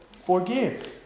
forgive